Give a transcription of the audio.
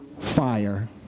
fire